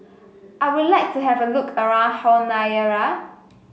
I would like to have a look around Honiara